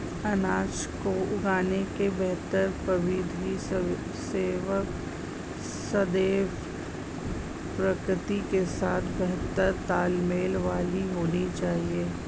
अनाज को उगाने की बेहतर प्रविधि सदैव प्रकृति के साथ बेहतर तालमेल वाली होनी चाहिए